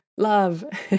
Love